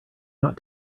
not